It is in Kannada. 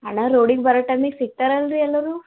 ಅಣ್ಣ ರೋಡಿಗೆ ಬರೋ ಟೈಮಿಗೆ ಸಿಕ್ತಾರಲ್ರಿ ಎಲ್ಲರು